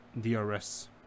DRS